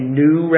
new